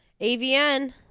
AVN